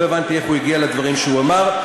ולא הבנתי איך הוא הגיע לדברים שהוא אמר.